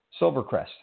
Silvercrest